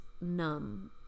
numb